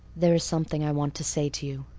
there is something i want to say to you.